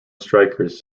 strikers